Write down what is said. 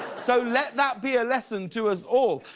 so let that be a lesson to us all.